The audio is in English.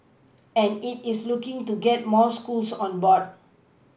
and it is looking to get more schools on board